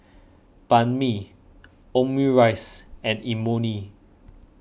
Banh Mi Omurice and Imoni